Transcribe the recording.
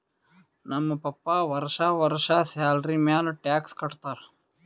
ನಮ್ ಪಪ್ಪಾ ವರ್ಷಾ ವರ್ಷಾ ಸ್ಯಾಲರಿ ಮ್ಯಾಲ ಟ್ಯಾಕ್ಸ್ ಕಟ್ಟತ್ತಾರ